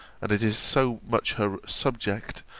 and it is so much her subject,